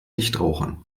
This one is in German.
nichtrauchern